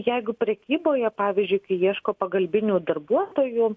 jeigu prekyboje pavyzdžiui kai ieško pagalbinių darbuotojų